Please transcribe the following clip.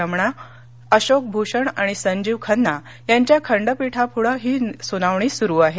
रमणा अशोक भूषण आणि संजीव खन्ना यांच्या खंडपीठापुढं ही सुनावणी सुरू आहे